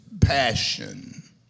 passion